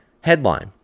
Headline